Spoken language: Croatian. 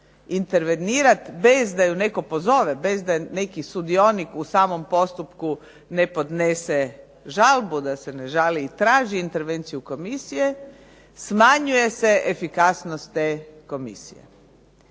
intervenirat bez da ju netko pozove, bez da ju neki sudionik u samom postupku ne podnese žalbu, da se ne žali i traži intervenciju komisije smanjuje se efikasnost te komisije.